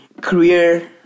career